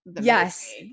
Yes